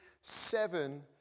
seven